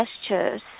gestures